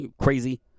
Crazy